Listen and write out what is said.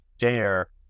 share